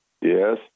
Yes